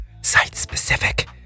site-specific